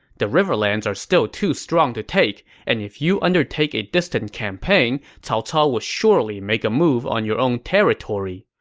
the riverlands are still too strong to take, and if you undertake a distant campaign, cao cao would surely make a move on your own territory.